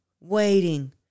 waiting